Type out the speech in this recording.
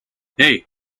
hey